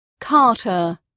Carter